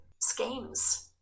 schemes